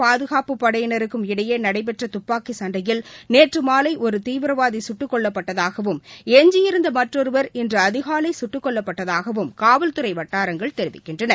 பாதுகாப்பு படையினருக்கும் இடையே நடைபெற்ற துப்பாக்கி சண்டையில் நேற்று மாலை ஒரு தீவிரவாதி குட்டுக்கொல்லப் பட்டதாகவும் எஞ்சியிருந்த மற்றொருவர் இன்று அதிகாலை சுட்டுக்கொல்லப் பட்டதாகவும் காவல்துறை வட்டாரங்கள் தெரிவிக்கின்றன